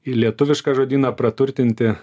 į lietuvišką žodyną praturtinti